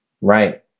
Right